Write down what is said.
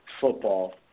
football